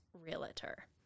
realtor